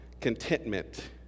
contentment